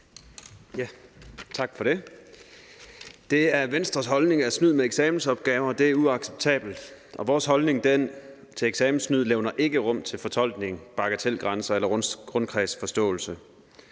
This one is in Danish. (V): Tak for det. Det er Venstres holdning, at snyd med eksamensopgaver er uacceptabelt, og vores holdning til eksamenssnyd levner ikke rum for fortolkning, bagatelgrænser eller rundkredsforståelse.